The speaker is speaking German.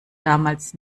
damals